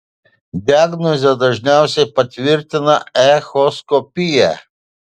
diagnozę dažniausiai patvirtina echoskopija